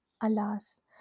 alas